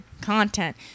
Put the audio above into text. content